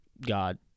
God